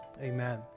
amen